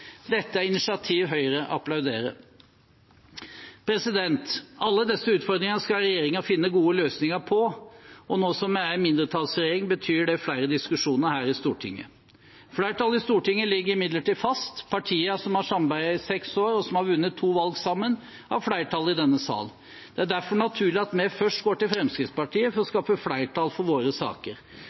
Dette er initiativ Høyre applauderer. Alle disse utfordringene skal regjeringen finne gode løsninger på, og nå som vi er en mindretallsregjering, betyr det flere diskusjoner her i Stortinget. Flertallet i Stortinget ligger imidlertid fast. Partiene som har samarbeidet i seks år, og som har vunnet to valg sammen, har flertall i denne sal. Det er derfor naturlig at vi først går til Fremskrittspartiet for å skaffe flertall for våre saker.